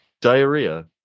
Diarrhea